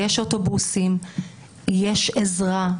יש אוטובוסים, יש עזרה.